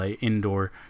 indoor